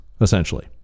essentially